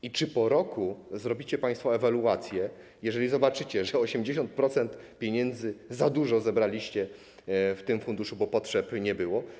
I czy po roku zrobicie państwo ewaluację, jeżeli zobaczycie, że 80% pieniędzy za dużo zebraliście w tym funduszu, bo nie było potrzeb?